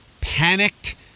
panicked